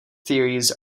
theories